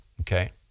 okay